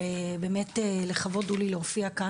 באמת לכבוד הוא לי להופיע כאן,